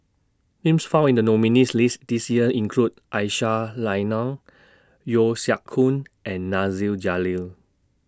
Names found in The nominees' list This Year include Aisyah Lyana Yeo Siak Goon and Nasir Jalil